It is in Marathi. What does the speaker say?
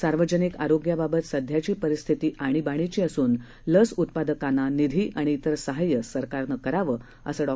सार्वजनिक आरोग्याबाबत सध्याची परिस्थिती आणीबाणीची असून लस उत्पादकांना निधी आणि इतर सहाय्य सरकारनं करावं असं डॉ